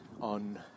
on